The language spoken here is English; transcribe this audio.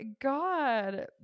god